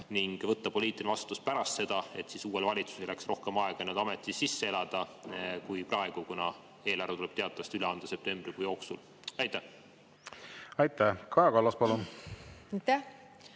ning võtta poliitiline vastutus pärast seda, et uuel valitsusel jääks rohkem aega ametis sisse elada kui praegu, kuna eelarve tuleb teatavasti üle anda septembrikuu jooksul? Aitäh! Kaja Kallas, palun! Aitäh!